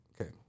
Okay